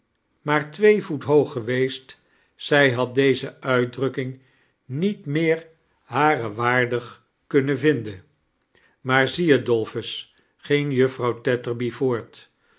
maar twee voet hoog geweest zij had deze uitdrukking niet meer harer waardig kunnen vinden maar zie je dolphus ging juffrouw tetterby voort